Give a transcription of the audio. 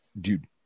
dude